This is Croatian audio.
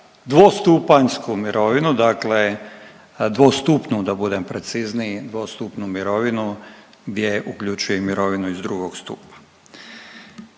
dvostupanjsku mirovinu, dvostupnu da budem precizniji, dvostupnu mirovinu, gdje uključuje i mirovinu iz 2. stupa.